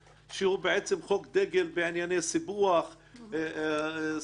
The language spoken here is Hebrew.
שהוא חוק דגל בענייני סיפוח אזור.